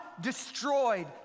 destroyed